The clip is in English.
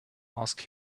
ask